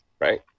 right